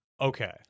Okay